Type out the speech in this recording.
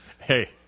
hey